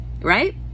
right